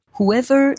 Whoever